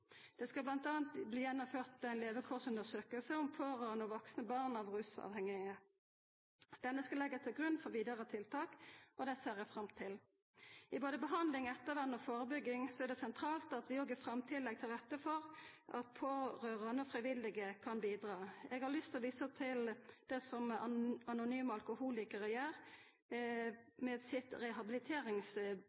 Det skal bl.a. bli gjennomført ei levekårundersøking om pårørande og vaksne barn av rusavhengige. Denne skal leggjast til grunn for vidare tiltak, og det ser eg fram til. I behandling, ettervern og førebygging er det sentralt at vi òg i framtida legg til rette for at pårørande og frivillige kan bidra. Eg har lyst å visa til det Anonyme Alkoholikarar gjer med sitt